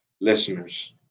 listeners